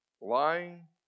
lying